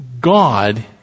God